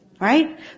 Right